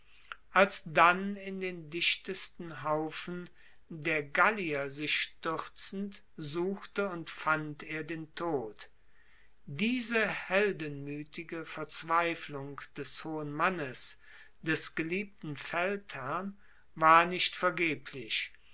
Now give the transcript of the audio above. alsdann in den dichtesten haufen der gallier sich stuerzend suchte und fand er den tod diese heldenmuetige verzweiflung des hohen mannes des geliebten feldherrn war nicht vergeblich